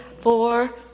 four